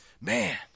Man